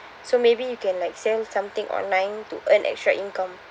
so maybe you can like sell something online to earn extra income